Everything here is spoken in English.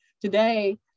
Today